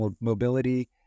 mobility